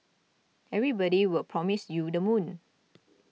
everybody will promise you the moon